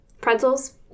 Pretzels